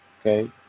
Okay